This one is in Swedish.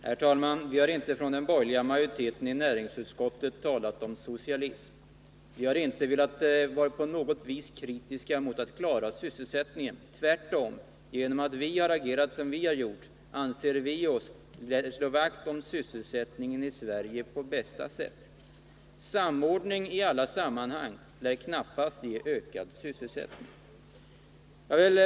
Herr talman! Vi har inte från den borgerliga majoriteten i näringsutskottet talat om socialism. Vi har inte velat vara på något vis kritiska mot att det skall bli sysselsättning. Tvärtom — genom att vi har agerat som vi gjort anser vi oss slå vakt om sysselsättningen i Sverige på bästa sätt. Samordning i alla sammanhang lär knappast ge ökad sysselsättning.